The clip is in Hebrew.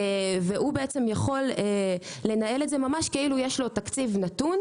והוא יכול לנהל את זה ממש כאילו יש לו תקציב נתון,